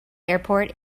airport